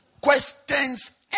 Questions